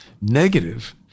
negative